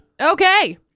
Okay